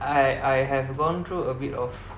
I I have gone through a bit of